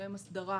שהם הסדרה